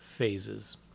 phases